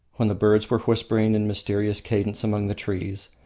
when the birds were whispering in mysterious cadence among the trees,